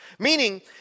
Meaning